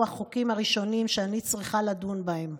החוקים הראשונים שאני צריכה לדון בהם,